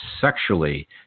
sexually